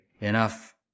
enough